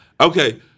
Okay